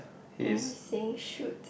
and he's saying shoot